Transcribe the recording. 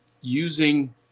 using